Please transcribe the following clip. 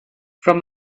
from